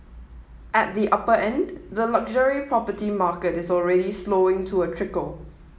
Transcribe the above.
at the upper end the luxury property market is already slowing to a trickle